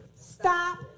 stop